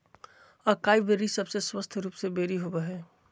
acai berry सबसे स्वस्थ रूप के बेरी होबय हइ